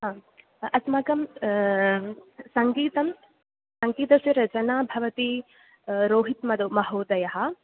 आम् अस्माकं सङ्गीतं सङ्गीतस्य रचना भवति रोहितमधुमहोदयः